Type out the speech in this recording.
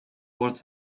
words